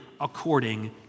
according